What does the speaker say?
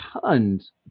tons